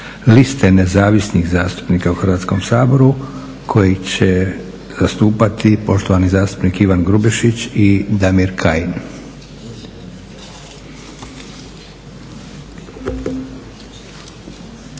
Liste nezavisnih zastupnika u Hrvatskom saboru kojeg će zastupati poštovani zastupnik Ivan Grubišić i Damir Kajin.